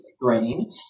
grain